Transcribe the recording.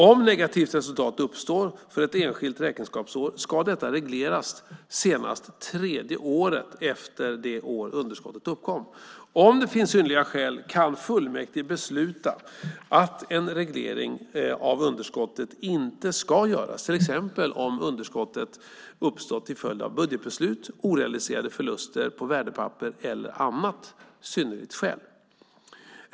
Om negativt resultat uppstår för ett enskilt räkenskapsår ska detta regleras senast tredje året efter det år underskottet uppkom. Om det finns synnerliga skäl kan fullmäktige besluta att en reglering av underskottet inte ska göras, till exempel om underskottet uppstått till följd av budgetbeslut, orealiserade förluster på värdepapper eller annat synnerligt skäl.